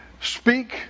speak